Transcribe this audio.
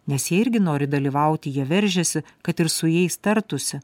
nes jie irgi nori dalyvauti jie veržiasi kad ir su jais tartųsi